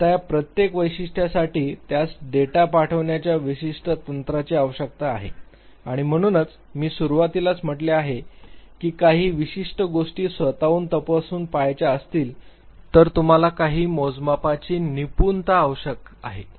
आता या प्रत्येक वैशिष्ट्यासाठी त्यास डेटा पाठविण्याच्या विशिष्ट तंत्राची आवश्यकता आहे आणि म्हणूनच मी सुरुवातीलाच म्हटले आहे की काही विशिष्ट गोष्टी स्वत हून तपासून पाहायच्या असतील तर तुम्हाला काही मोजमापांची मास्टर आवश्यक आहे